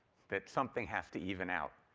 that something has to even out.